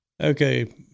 Okay